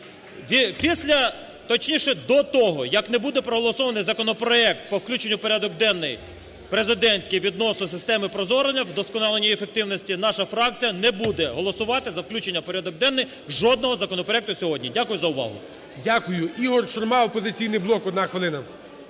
Після, точніше, до того, як не буде проголосований законопроект по включенню в порядок денний, президентський, відносно системи ProZorro, вдосконалення її ефективності, наша фракція не буде голосувати за включення в порядок денний жодного законопроекту сьогодні. Дякую за увагу. ГОЛОВУЮЧИЙ. Дякую. Ігор Шурма, "Опозиційний блок", одна хвилина.